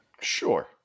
Sure